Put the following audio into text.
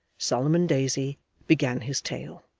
solomon daisy began his tale